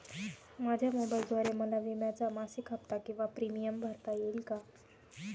माझ्या मोबाईलद्वारे मला विम्याचा मासिक हफ्ता किंवा प्रीमियम भरता येईल का?